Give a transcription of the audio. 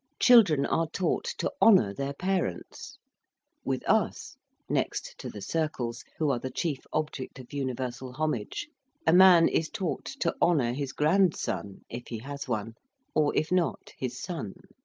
children are taught to honour their parents with us next to the circles, who are the chief object of universal homage a man is taught to honour his grandson, if he has one or, if not, his son.